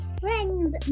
friends